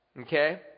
okay